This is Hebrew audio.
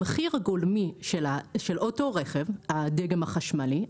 המחיר הגולמי של אותו רכב, ה-C4, הדגם החשמלי,